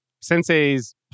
Sensei's